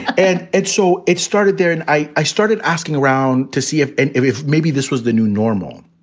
and and so it started there. and i started asking around to see if and if if maybe this was the new normal.